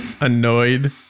annoyed